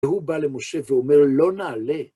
והוא בא למשה ואומר לא נעלה.